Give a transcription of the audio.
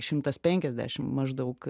šimtas penkiasdešim maždaug